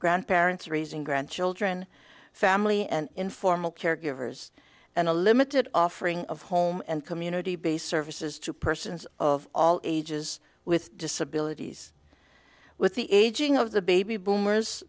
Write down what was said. grandparents raising grandchildren family and informal caregivers and a limited offering of home and community based services to persons of all ages with disabilities with the aging of the baby boomers